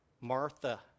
Martha